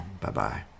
Bye-bye